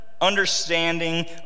understanding